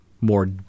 more